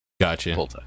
Gotcha